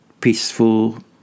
peaceful